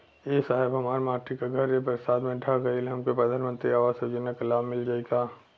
ए साहब हमार माटी क घर ए बरसात मे ढह गईल हमके प्रधानमंत्री आवास योजना क लाभ मिल जाई का?